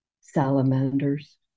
salamanders